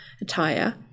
attire